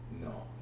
No